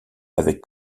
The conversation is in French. avec